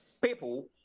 people